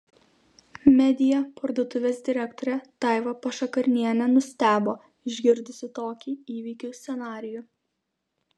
media parduotuvės direktorė daiva pašakarnienė nustebo išgirdusi tokį įvykių scenarijų